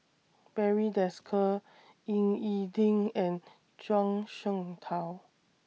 Barry Desker Ying E Ding and Zhuang Shengtao